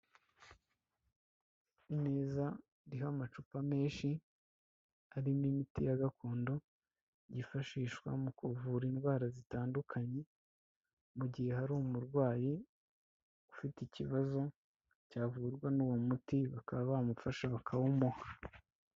Imeza riho amacupa menshi arimo imiti ya gakondo yifashishwa mu kuvura indwara zitandukanye mu gihe, hari umurwayi ufite ikibazo cyavurwa n'uwo muti bakaba bamufashe bakawumuha.